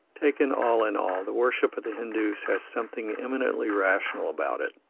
taken all in all, the worship of the hindoos has something eminently rational about it